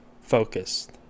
focused